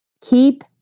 Keep